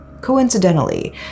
Coincidentally